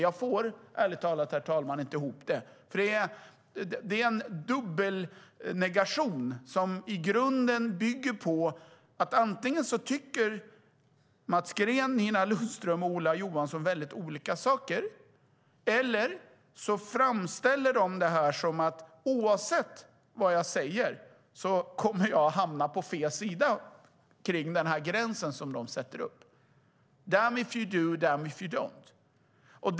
Jag får ärligt talat inte ihop det, herr talman. Det är en dubbel negation. Antingen tycker Mats Green, Nina Lundström och Ola Johansson väldigt olika saker eller så framställer de det som att oavsett vad jag säger kommer jag att hamna på fel sida om den gräns de har satt upp. Damned if I do, damned if I don't.